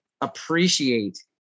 appreciate